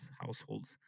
households